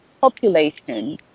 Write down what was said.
population